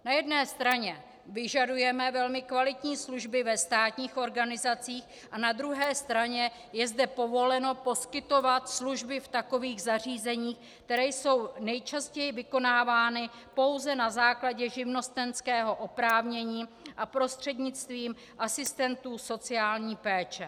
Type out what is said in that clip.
Na jedné straně vyžadujeme velmi kvalitní služby ve státních organizacích, a na druhé straně je zde povoleno poskytovat služby v takových zařízeních, které jsou nejčastěji vykonávány pouze na základě živnostenského oprávnění a prostřednictvím asistentů sociální péče.